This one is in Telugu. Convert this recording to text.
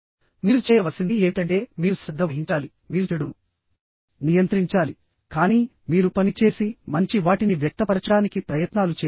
మీరు చేయవలసింది ఏమిటంటేమీరు శ్రద్ధ వహించాలి మీరు చెడును నియంత్రించాలి కానీ మీరు పని చేసిమంచి వాటిని వ్యక్తపరచడానికి ప్రయత్నాలు చేయాలి